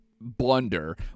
blunder